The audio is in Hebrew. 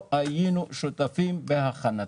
לא היינו שותפים בהכנתה.